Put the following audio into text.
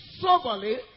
soberly